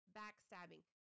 backstabbing